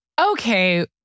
Okay